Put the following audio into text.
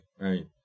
right